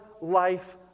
life